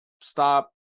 stop